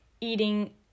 eating